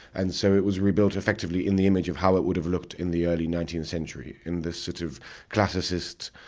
and so, it was rebuilt effectively in the image of how it would have looked in the early nineteenth century. in this city of classicists,